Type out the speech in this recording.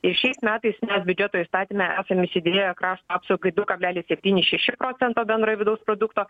ir šiais metais net biudžeto įstatyme esam įsidėję krašto apsaugai du kablelis septyni šeši procento bendrojo vidaus produkto